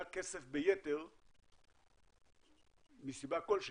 כסף ביתר מסיבה כלשהי.